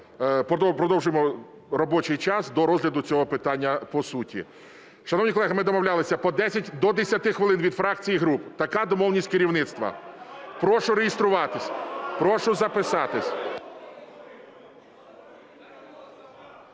продовжуємо робочий час до розгляду цього питання по суті. Шановні колеги, ми домовлялись до 10 хвилин від фракцій і груп, така домовленість керівництва. Прошу реєструватись, прошу записатись.